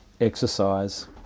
exercise